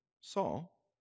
Saul